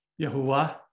Yahuwah